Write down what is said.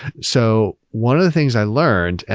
so one of the things i learned,